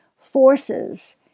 forces